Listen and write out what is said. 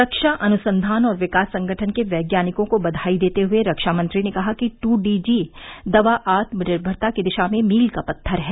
रक्षा अनुसंघान और विकास संगठन के वैज्ञानिकों को बघाई देते हुए रक्षा मंत्री ने कहा कि टू डी जी दवा आत्मनिर्भरता की दिशा में मील का पत्थर है